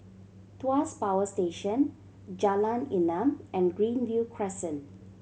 Tuas Power Station Jalan Enam and Greenview Crescent